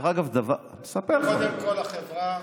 קודם כול החברה,